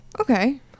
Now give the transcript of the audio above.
Okay